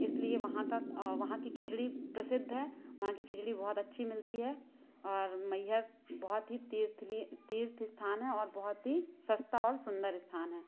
इसलिए वहाँ का वहाँ की खिचड़ी प्रसिद्ध है वहाँ की खिचड़ी बहुत अच्छी मिलती है और मैहर बहुत ही तीर्थ स्थान है और बहुत ही सस्ता और सुंदर स्थान है